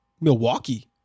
Milwaukee